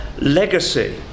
legacy